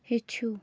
ہیٚچھِو